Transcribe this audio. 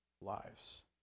lives